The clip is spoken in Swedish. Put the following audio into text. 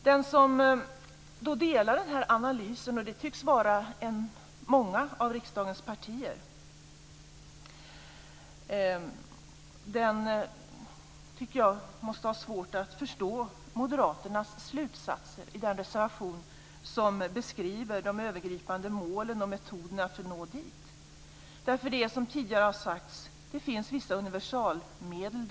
De som delar den här analysen - och det tycks vara många av riksdagens partier - borde ha svårt att förstå moderaternas slutsatser i den reservation som beskriver de övergripande målen och metoderna för att man ska nå fram till det här. Som tidigare har sagts finns det vissa universalmedel.